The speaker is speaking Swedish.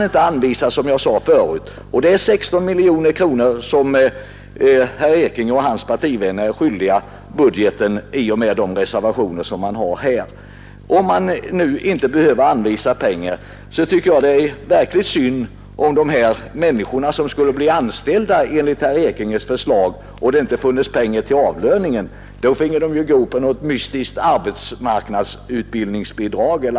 Det är, som jag sade förut, 16 miljoner som herr Ekinge och hans partivänner är skyldiga budgeten genom de reservationer som de avgivit här. Om man nu inte anser sig behöva anvisa dessa pengar skulle det ju bli synd om de personer som anställdes enligt herr Ekinges förslag, eftersom det inte skulle finnas några pengar till avlöning. Då finge ju dessa personer lita till arbetsmarknadsutbildningsbidrag e. d.